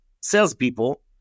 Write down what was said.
salespeople